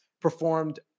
performed